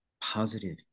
positive